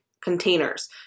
containers